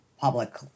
public